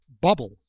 bubble